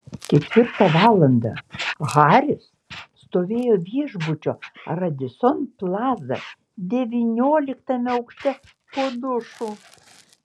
ketvirtą valandą haris stovėjo viešbučio radisson plaza devynioliktame aukšte po dušu